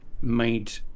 made